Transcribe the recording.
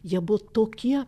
jie buvo tokie